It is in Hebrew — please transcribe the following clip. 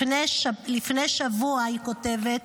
לפני שבוע, היא כותבת,